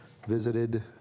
Visited